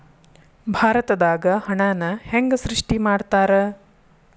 ಭಾರತದಾಗ ಹಣನ ಹೆಂಗ ಸೃಷ್ಟಿ ಮಾಡ್ತಾರಾ